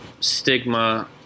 Stigma